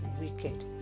wicked